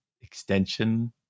extension